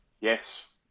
Yes